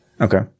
okay